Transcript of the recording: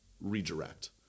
redirect